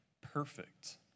perfect